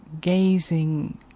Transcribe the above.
gazing